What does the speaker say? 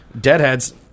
Deadheads